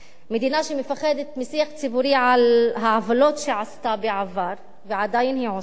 מדינה שמפחדת משיח ציבורי על העוולות שעשתה בעבר ועדיין היא עושה,